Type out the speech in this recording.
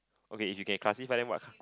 okay if you can classify them what k~